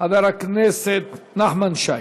חבר הכנסת נחמן שי,